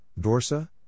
Dorsa